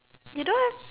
you don't have